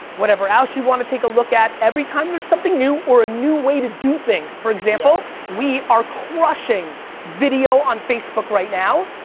whatever else you want to take a look at every time there's something new or a new way to do things for example we are crushing video on facebook right now.